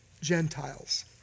Gentiles